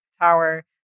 tower